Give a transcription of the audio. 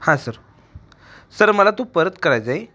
हां sir sir मला तो परत करायचा आहे